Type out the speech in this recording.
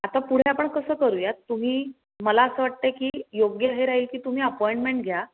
आता पुढे आपण कसं करूयात तुम्ही मला असं वाटत आहे की योग्य हे राहील की तुम्ही अपॉइंटमेंट घ्या